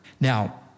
Now